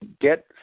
get